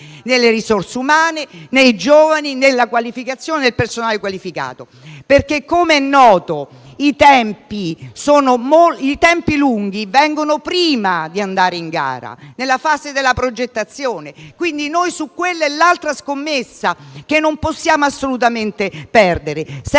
nei giovani e nella qualificazione del personale. Come è infatti noto i tempi lunghi vengono prima di andare in gara, nella fase della progettazione. Questa è quindi l'altra scommessa che non possiamo assolutamente perdere. Servono investimenti